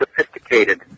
sophisticated